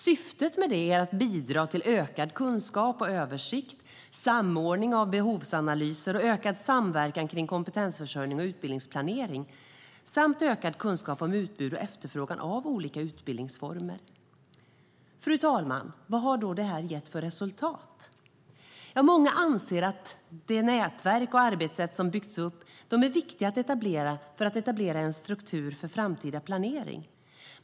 Syftet med det är att bidra till ökad kunskap och översikt, samordning av behovsanalyser, ökad samverkan kring kompetensförsörjning och utbildningsplanering samt ökad kunskap om utbud och efterfrågan på olika utbildningsformer. Fru talman! Vad har då detta gett för resultat? Många anser att de nätverk och arbetssätt som byggts upp är viktiga för att etablera en viss struktur för framtida planering.